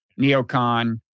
neocon